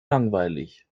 langweilig